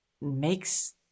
makes